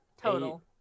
Total